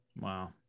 Wow